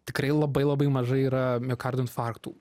tikrai labai labai mažai yra miokardo infarktų